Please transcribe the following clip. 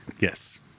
yes